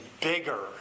bigger